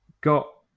got